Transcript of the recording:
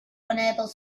unable